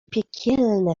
piekielne